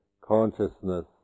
consciousness